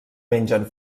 mengen